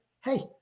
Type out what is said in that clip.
Hey